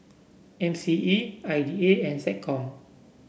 M C E I D A and SecCom